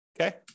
okay